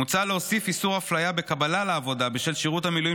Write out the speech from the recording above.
מוצע להוסיף איסור אפליה בקבלה לעבודה בשל שירות המילואים